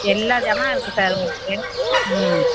எல்லா ஜமானும் இருக்குது சார் உங்களுக்கு ம்